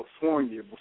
California